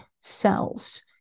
cells